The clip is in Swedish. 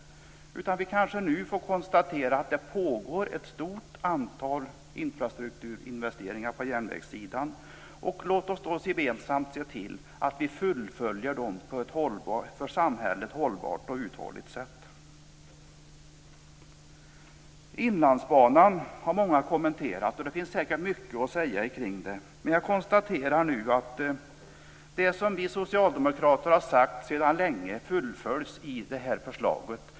Vi kanske nu får konstatera att det pågår ett stort antal infrastrukturinvesteringar på järnvägsområdet. Låt oss gemensamt se till att vi fullföljer dem på ett för samhället hållbart och uthålligt sätt. Många har kommenterat Inlandsbanan. Det finns säkert mycket att säga om den. Jag konstaterar nu att det som vi socialdemokrater har sagt sedan länge fullföljs i det här förslaget.